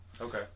Okay